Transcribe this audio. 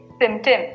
symptoms